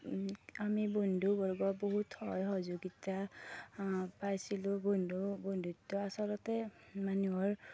আমি বন্ধুবৰ্গৰ বহুত সহায় সহযোগিতা পাইছিলোঁ বন্ধু বন্ধুত্ব আচলতে মানুহৰ